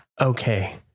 okay